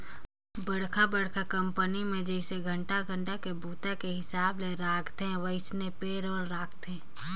बड़खा बड़खा कंपनी मे जइसे घंटा घंटा के बूता के हिसाब ले राखथे वइसने पे रोल राखथे